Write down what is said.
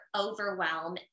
overwhelm